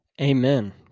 Amen